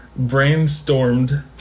brainstormed